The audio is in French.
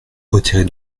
retirez